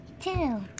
Two